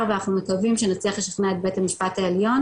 ואנחנו מקווים שנצליח לשכנע את בית המשפט העליון